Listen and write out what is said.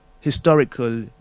historical